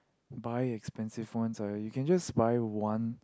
buy expensive phones ah you can just buy one